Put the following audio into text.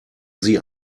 sie